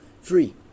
free